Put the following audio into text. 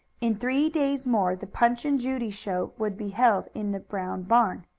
in three days more the punch and judy show would be held in the brown barn.